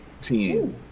ten